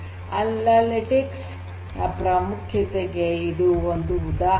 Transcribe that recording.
analytics ನ ಪ್ರಾಮುಖ್ಯತೆಗೆ ಇದು ಒಂದು ಉದಾಹರಣೆ